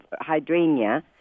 hydrangea